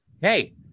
hey